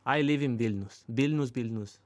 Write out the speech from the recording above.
i live in vilnius vilnius vilnius